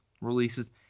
releases